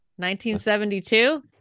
1972